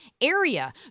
area